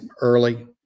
early